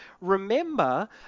remember